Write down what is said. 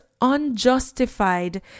unjustified